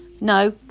no